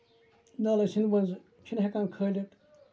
نالے سنٛدٕ منٛزٕ چھِنہٕ ہیٚکان کھٲلِتھ